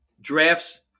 drafts